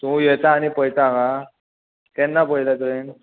तूं येता आनी पळयता हांगा केन्ना पळयता तुयेन